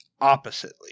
oppositely